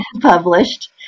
published